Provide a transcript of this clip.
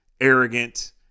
arrogant